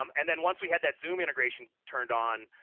um and then once we had that zoom integration turned on,